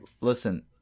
listen